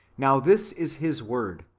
now this is his word,